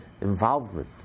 involvement